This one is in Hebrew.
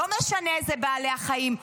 לא משנה אילו בעלי חיים,